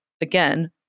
again